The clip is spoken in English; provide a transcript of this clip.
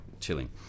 Chilling